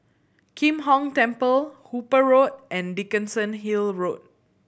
Kim Hong Temple Hooper Road and Dickenson Hill Road